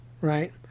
right